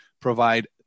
provide